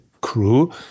crew